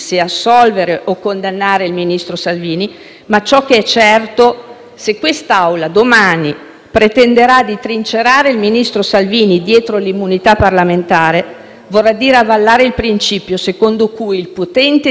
pretenderà di trincerarlo dietro l'immunità parlamentare, vorrà dire avallare il principio secondo cui il potente di turno riterrà di poter fare quello che vuole e questa è una grave lesione